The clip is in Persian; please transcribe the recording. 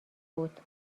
بود